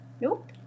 nope